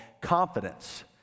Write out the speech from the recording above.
confidence